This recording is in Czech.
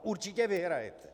Určitě vyhrajete.